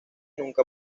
nunca